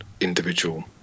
individual